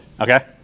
Okay